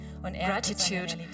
gratitude